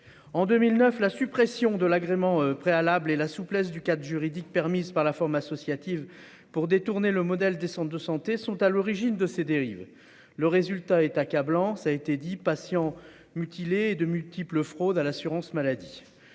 en 2009 la suppression de l'agrément préalable et la souplesse du cadre juridique permise par la forme associative pour détourner le modèle de santé sont à l'origine de ces dérives. Le résultat est accablant, ça a été dit patients mutilés de multiples fraudes à l'assurance maladie.